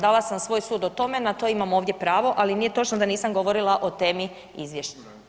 Dala sam svoj sud o tome, na to imam ovdje pravo, ali nije točno da nisam govorila o temi izvješća.